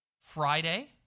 Friday